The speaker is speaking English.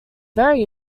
very